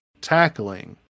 tackling